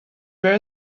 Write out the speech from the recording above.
were